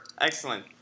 Excellent